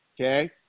okay